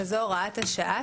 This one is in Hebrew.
שזאת הוראת השעה,